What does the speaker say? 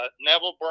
neville